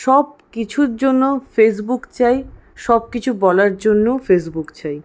সবকিছুর জন্য ফেসবুক চাই সবকিছু বলার জন্যও ফেসবুক চাই